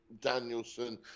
Danielson